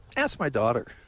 ask my daughter,